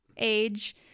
Age